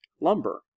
lumber